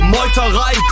Meuterei